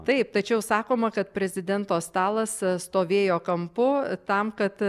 taip tačiau sakoma kad prezidento stalas stovėjo kampu tam kad